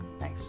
nice